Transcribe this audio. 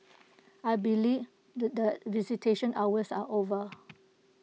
I believe that the visitation hours are over